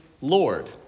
Lord